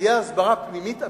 תהיה הסברה פנימית אמיתית,